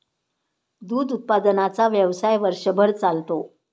दूध उत्पादनाचा व्यवसाय वर्षभर चालतो